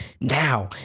now